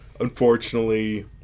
unfortunately